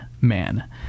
man